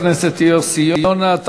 תודה לחבר הכנסת יוסי יונה.